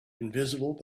invisible